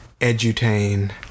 edutain